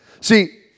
See